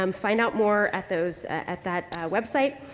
um find out more at those, at that website.